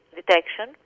detection